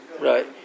Right